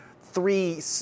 three